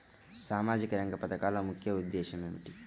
సామాజిక రంగ పథకాల ముఖ్య ఉద్దేశం ఏమిటీ?